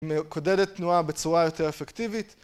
מקודדת תנועה בצורה יותר אפקטיבית.